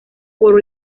por